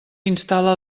instal·la